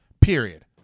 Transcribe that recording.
period